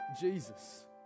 Jesus